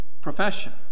profession